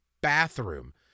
bathroom